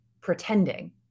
pretending